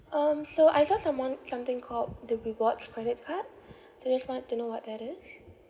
um so I saw someone something called the rewards credit card so I just wanted to know what that is